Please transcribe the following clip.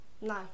No